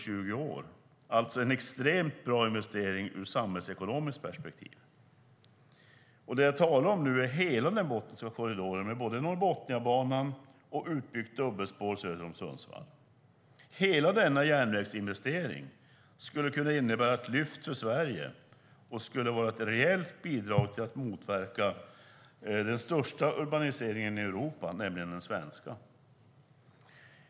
Det är alltså en extremt bra investering ur ett samhällsekonomiskt perspektiv. Jag talar om hela Botniska korridoren med Norrbotniabanan och utbyggt dubbelspår söder om Sundsvall. Hela denna järnvägsinvestering kan innebära ett lyft för Sverige och ett rejält bidrag till att motverka den största urbaniseringen i Europa, nämligen den svenska.